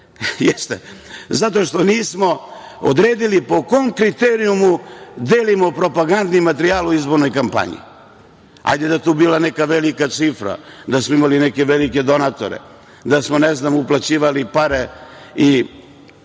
napisali zato što nismo odredili po kom kriterijumu delimo propagandni materijal u izbornoj kampanji. Hajde da je tu bila neka velika cifra, da smo imali neke velike donatore, da smo uplaćivali pare i